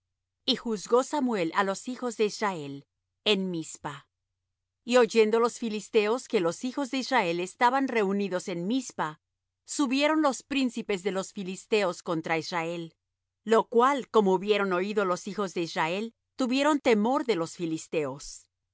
y juzgó samuel á los hijos de israel en mizpa y oyendo los filisteos que los hijos de israel estaban reunidos en mizpa subieron los príncipes de los filisteos contra israel lo cual como hubieron oído los hijos de israel tuvieron temor de los filisteos